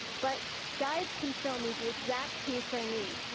but guides can show me the exact piece i need.